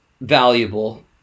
valuable